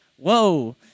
Whoa